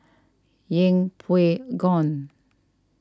Yeng Pway Ngon